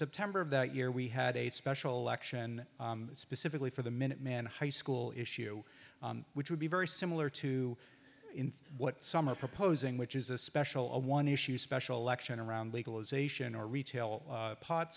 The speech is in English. september of that year we had a special election specifically for the minuteman high school issue which would be very similar to what some are proposing which is a special a one issue special election around legalization or retail